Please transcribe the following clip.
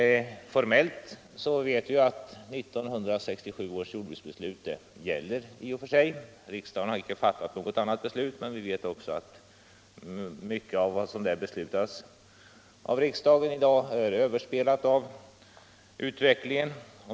Formellt gäller i och för sig fortfarande 1967 års jordbruksbeslut. Riksdagen har icke fattat något annat beslut om jordbrukspolitiken. Men vi vet att mycket av vad som där fastslagits av riksdagen i dag är överspelat av utvecklingen.